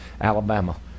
Alabama